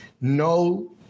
no